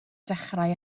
dechrau